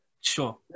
Sure